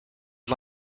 you